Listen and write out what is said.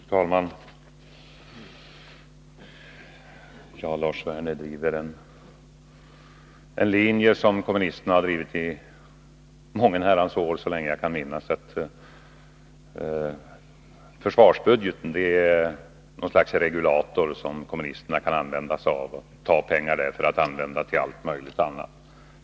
Fru talman! Lars Werner driver en linje som kommunisterna har drivit i många Herrans år — så länge jag kan minnas. Försvarsbudgeten är något slags regulator som kommunisterna kan använda sig av, ta pengar ur för att använda till allt möjligt annat.